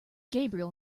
gabriel